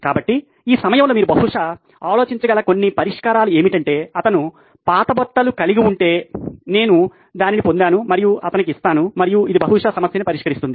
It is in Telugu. కాబట్టి ఈ సమయంలో మీరు బహుశా ఆలోచించగల కొన్ని పరిష్కారాలు ఏమిటంటే అతను పాత బట్టలు కలిగి ఉంటే నేను వాటిని పొంది మరియు అతనికి ఇస్తాను మరియు అది బహుశా సమస్యను పరిష్కరిస్తుంది